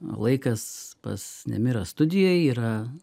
laikas pas nemirą studijoj yra